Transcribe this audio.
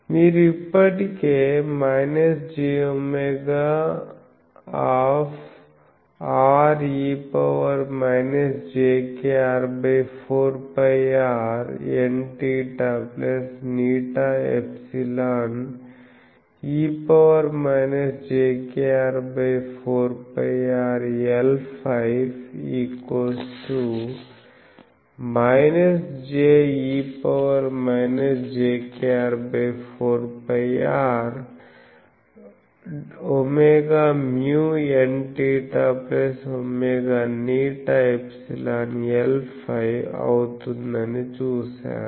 మీరు ఇప్పటికే jwre jkr4πr Nθ η∊ e jkr4πrLφ je jkr4πrwμNθwη∊Lφ అవుతుందని చూశారు